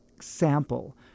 sample